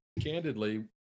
candidly